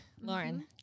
Lauren